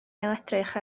ailedrych